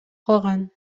калган